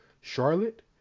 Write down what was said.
Charlotte